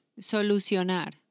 Solucionar